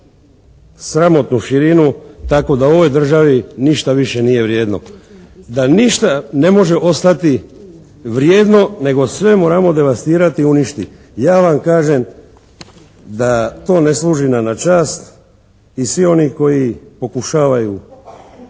sramotnu širinu tako da u ovoj državi ništa više nije vrijedno, da ništa ne može ostati vrijedno nego sve moramo devastirati i uništiti. Ja vam kažem da to ne služi nam na čast i svi oni koji pokušavaju